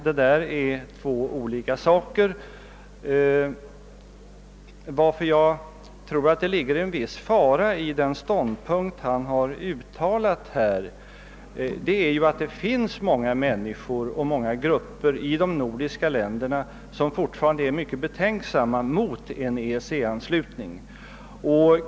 Att jag tror att det ligger en fara i den ståndpunkt handelsministern har intagit beror på att det finns många människor och många grupper i de nordisdiska länderna, som fortfarande är mycket betänksamma mot en EEC-anslutning.